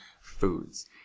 foods